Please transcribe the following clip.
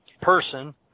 person